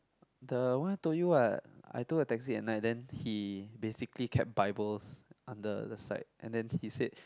the one I told you what I took the taxi at night then he basically kept bibles under the side and then he said